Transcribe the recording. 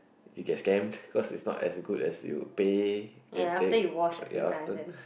you get scammed cause it's not as good as you pay and take ya after